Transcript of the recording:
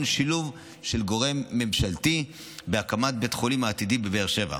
שילוב של גורם ממשלתי בהקמת בית החולים העתידי בבאר שבע.